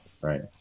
right